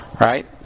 right